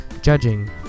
judging